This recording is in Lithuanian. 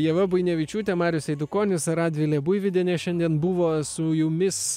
ieva buinevičiūtė marius eidukonis radvilė buivydienė šiandien buvo su jumis